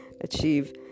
achieve